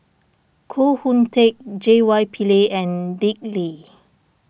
Koh Hoon Teck J Y Pillay and Dick Lee